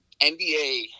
NBA